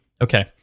Okay